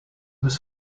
was